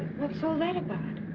what's all that about?